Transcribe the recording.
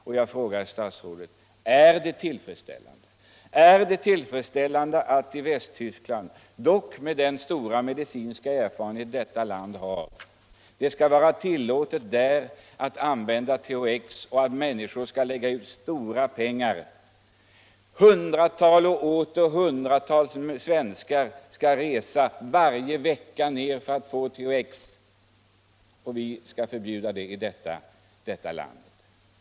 Och då frågar jag statsrådet: Är det tillfredsställande att det är tillåtet att använda THX i Västtyskland, med de stora medicinska erfarenheter man har i det landet, medan hundratals och åter hundratals människor här i landet skall behöva lägga ut stora pengar på resor dit ner varje vecka för att bli behandlade med THX, som förbjuds här i Sverige?